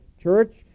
church